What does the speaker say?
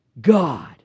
God